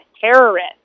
terrorist